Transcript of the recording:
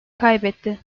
kaybetti